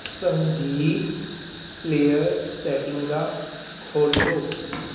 ਸੰਗੀਤ ਪਲੇਅਰ ਸੈਟਿੰਗਾਂ ਖੋਲ੍ਹੋ